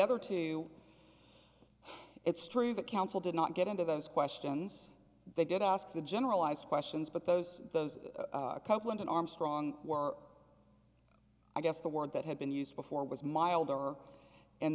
other two it's true the council did not get into those questions they did ask the generalized questions but those those couple and armstrong were i guess the word that had been used before was mild